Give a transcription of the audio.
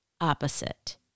opposite